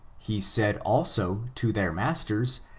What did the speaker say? he said, also, to their masters,